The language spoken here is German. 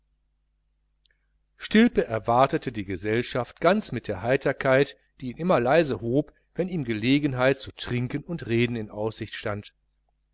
stilpe erwartete die gesellschaft ganz mit der heiterkeit die ihn immer leise hob wenn ihm gelegenheit zu trinken und reden in aussicht stand